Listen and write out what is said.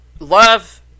love